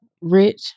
Rich